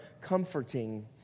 comforting